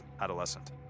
adolescent